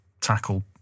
tackle